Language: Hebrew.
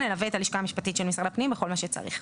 נלווה את הלשכה המשפטית של משרד הפנים בכל מה שצריך.